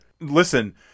Listen